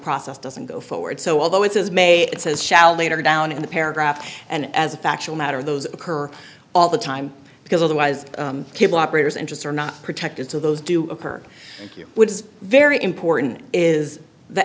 process doesn't go forward so although it is may it says shall later down in the paragraph and as a factual matter those occur all the time because otherwise cable operators interests are not protected so those do occur which is very important is the